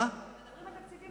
מדברים על תקציבים,